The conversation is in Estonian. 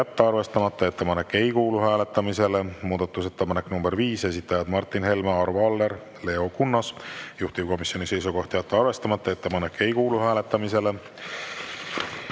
jätta arvestamata. Ettepanek ei kuulu hääletamisele. Muudatusettepanek nr 5, esitajad Martin Helme, Arvo Aller, Leo Kunnas. Juhtivkomisjoni seisukoht on jätta arvestamata. Ettepanek ei kuulu hääletamisele.